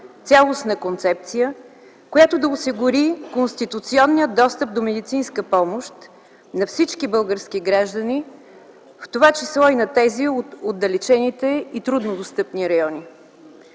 цялостна концепция, която да осигури конституционния достъп до медицинска помощ на всички български граждани, в това число и на тези в отдалечените и трудно достъпни райони.